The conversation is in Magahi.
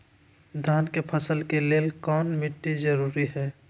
धान के फसल के लेल कौन मिट्टी जरूरी है?